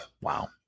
Wow